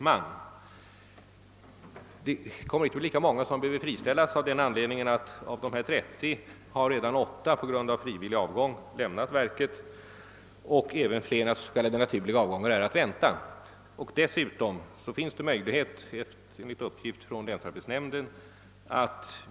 Men det är inte så många som behöver friställas, ty av dessa 30 har redan 8 anställda lämnat verket genom frivillig avgång, och flera sådana naturliga avgångar är att vänta.